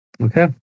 Okay